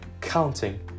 counting